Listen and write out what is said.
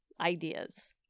ideas